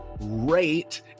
rate